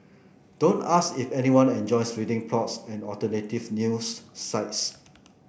don't ask if anyone enjoys reading blogs and alternative news sites